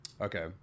Okay